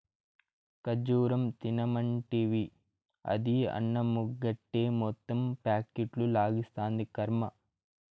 ఖజ్జూరం తినమంటివి, అది అన్నమెగ్గొట్టి మొత్తం ప్యాకెట్లు లాగిస్తాంది, కర్మ